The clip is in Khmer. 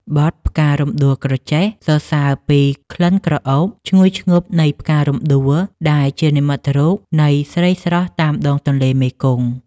បទ «ផ្ការំដួលក្រចេះ» សរសើរពីក្លិនក្រអូបឈ្ងុយឈ្ងប់នៃផ្ការំដួលដែលជានិមិត្តរូបនៃស្រីស្រស់តាមដងទន្លេមេគង្គ។